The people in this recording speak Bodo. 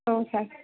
औ सार